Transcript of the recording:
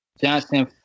Johnson